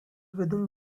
within